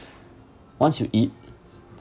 once you eat